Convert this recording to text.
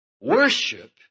worship